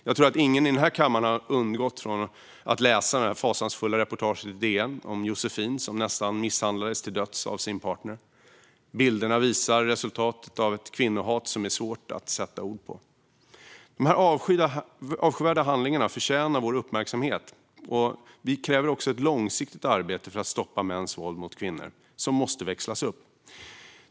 Jag tror inte att någon i denna kammare har kunnat undgå att läsa det fasansfulla reportaget i DN om Josefin, som nästan misshandlades till döds av sin partner. Bilderna visar resultatet av ett kvinnohat som det är svårt att sätta ord på. Dessa avskyvärda handlingar förtjänar vår uppmärksamhet. Vi kräver ett långsiktigt arbete för att stoppa mäns våld mot kvinnor - ett arbete som måste växlas upp.